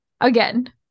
Again